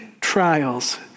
trials